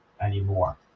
anymore